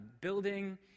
building